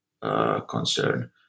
concern